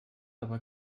aber